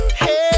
hey